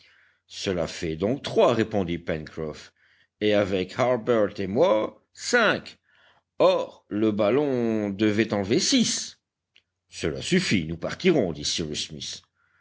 cela fait donc trois répondit pencroff et avec harbert et moi cinq or le ballon devait enlever six cela suffit nous partirons dit cyrus smith